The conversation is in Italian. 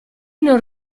non